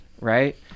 Right